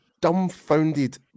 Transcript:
dumbfounded